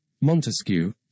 Montesquieu